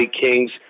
Kings